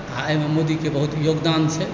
आओर एहिमे मोदीके बहुत योगदान छै